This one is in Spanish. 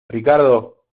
ricardo